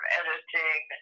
editing